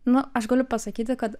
nu aš galiu pasakyti kad